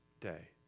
day